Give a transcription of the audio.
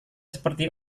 seperti